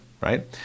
right